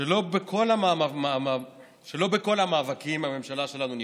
שלא בכל המאבקים הממשלה שלנו נכשלת.